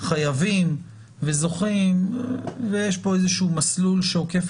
חייבים וזוכים ויש פה איזה שהוא מסלול שעוקף